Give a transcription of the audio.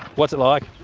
what's it like?